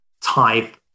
type